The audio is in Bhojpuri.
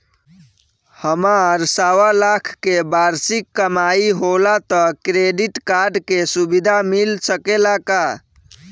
हमार सवालाख के वार्षिक कमाई होला त क्रेडिट कार्ड के सुविधा मिल सकेला का?